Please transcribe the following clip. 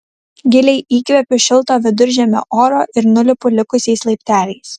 giliai įkvepiu šilto viduržemio oro ir nulipu likusiais laipteliais